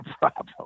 problem